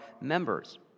members